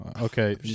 Okay